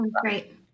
Great